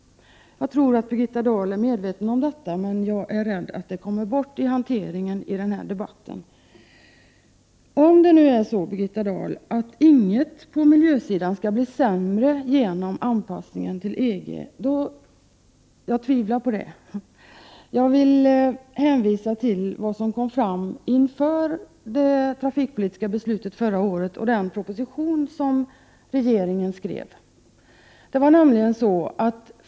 Jag tror att Birgitta Dahl är medveten om detta, men jag är rädd för att det skall komma i skymundan i denna debatt. Jag tvivlar, Birgitta Dahl, på att inget kommer att bli sämre på miljöområdet genom anpassningen till EG. Jag vill hänvisa till vad som kom fram i samband med regeringens trafikpolitiska proposition och beslutet med anledning av den förra året.